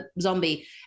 zombie